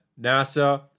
NASA